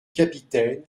capitaine